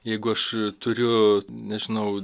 jeigu aš turiu nežinau